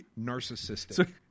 narcissistic